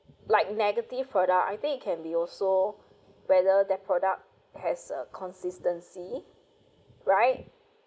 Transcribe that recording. like negative product I think it can be also whether their product has a consistency right